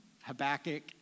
Habakkuk